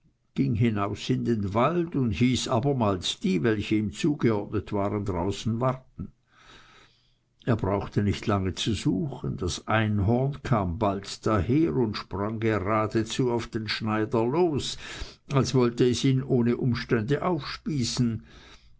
ging hinaus in den wald und hieß abermals die welche ihm zugeordnet waren außen warten er brauchte nicht lange zu suchen das einhorn kam bald daher und sprang geradezu auf den schneider los als wollte es ihn ohne umstände aufspießen